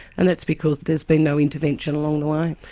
and that's because there's been no intervention along the way.